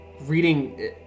Reading